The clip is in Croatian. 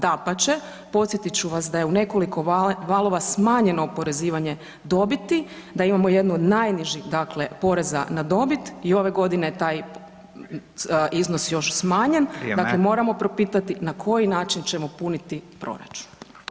Dapače, podsjetit ću vas da je u nekoliko valova smanjeno oporezivanje dobiti, da imamo jednu od najnižih dakle poreza na dobit i ove godine je taj iznos još smanjen, dakle [[Upadica: Vrijeme.]] moramo propitati na koji način ćemo puniti proračun.